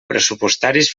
pressupostaris